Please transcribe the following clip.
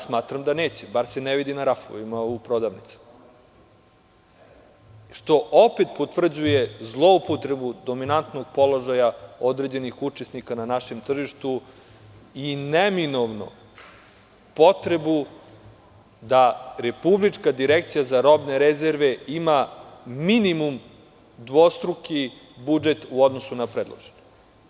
Smatram da neće, bar se ne vidi na rafovima u prodavnici, što opet potvrđuje zloupotrebu dominantnog položaja određenih učesnika na našem tržištu i neminovno potrebu da Republička direkcija za robne rezerve ima minimum dvostruki budžet u odnosu na predloženi.